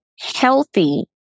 healthy